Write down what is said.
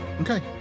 Okay